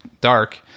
Dark